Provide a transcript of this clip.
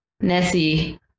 Nessie